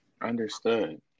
Understood